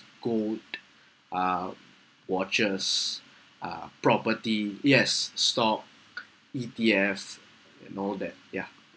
gold uh watches uh property yes stock E_T_F and all that ya